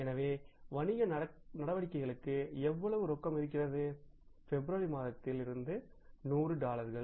எனவே வணிக நடவடிக்கைகளுக்கு எவ்வளவு ரொக்கம் இருக்கிறது பிப்ரவரி மாதத்தில் இது 100 டாலர்கள்